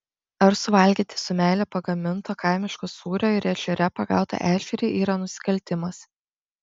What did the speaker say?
ar suvalgyti su meile pagaminto kaimiško sūrio ir ežere pagautą ešerį yra nusikaltimas